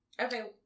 Okay